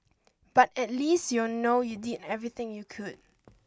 but at least you'll know you did everything you could